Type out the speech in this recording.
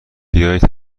باید